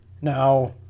Now